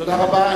תודה רבה.